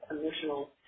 emotional